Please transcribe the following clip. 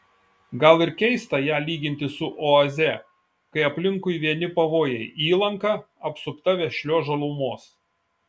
gal ir keista ją lyginti su oaze kai aplinkui vieni pavojai įlanka apsupta vešlios žalumos